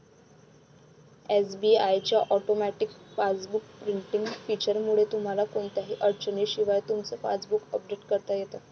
SBI च्या automatic passbook printing फीचरमुळे तुम्हाला कोणत्याही अडचणीशिवाय तुमचं पासबुक अपडेट करता येतं